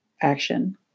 action